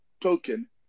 token